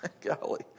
Golly